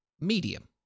medium